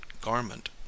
garment